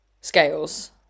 scales